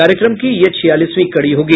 कार्यक्रम की यह छियालीसवीं कड़ी होगी